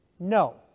No